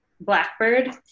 Blackbird